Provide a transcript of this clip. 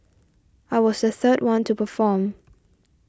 I was the third one to perform